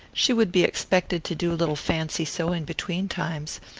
she would be expected to do a little fancy sewing between times.